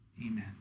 Amen